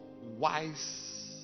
wise